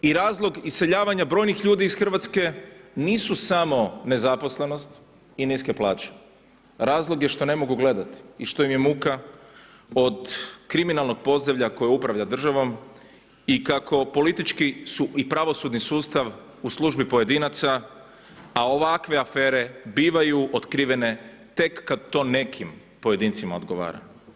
I razlog iseljavanja brojnih ljudi iz Hrvatske nisu samo nezaposlenost i niske plaće, razlog je što ne mogu gledati i što im je muka od kriminalnog podzemlja koje upravlja državom i kako politički i pravosudni sustav u službi pojedinaca, a ovakve afere bivaju otkrivene tek kad to nekim pojedincima odgovara.